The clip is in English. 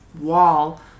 wall